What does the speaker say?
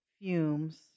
fumes